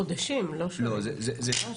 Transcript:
חודשים, לא שנים.